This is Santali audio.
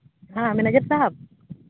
ᱦᱮᱸ ᱢᱮᱱᱮᱡᱟᱨ ᱥᱟᱦᱮᱵᱽ